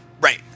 Right